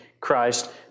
Christ